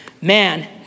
man